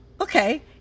okay